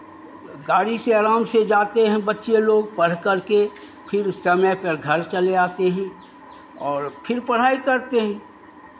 गाड़ी से आराम से जाते हैं बच्चे लोग पढ़कर के फिर समय पर घर चले आते हैं और फिर पढ़ाई करते हैं